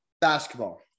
basketball